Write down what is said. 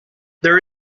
there